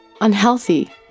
Unhealthy